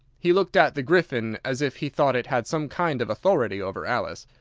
he looked at the gryphon as if he thought it had some kind of authority over alice.